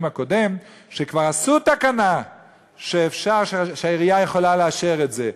הקודם שכבר עשו תקנה שהעירייה יכולה לאשר את זה,